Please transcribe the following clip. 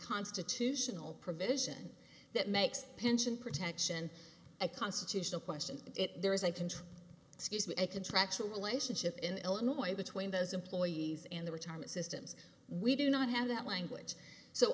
constitutional provision that makes pension protection a constitutional question if there is a contract excuse me a contractual relationship in illinois between those employees in the retirement systems we do not have that language so